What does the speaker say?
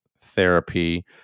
therapy